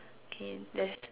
okay there's